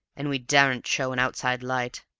and we daren't show an outside light.